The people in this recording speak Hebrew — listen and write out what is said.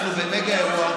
אנחנו במגה-אירוע,